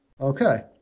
Okay